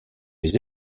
les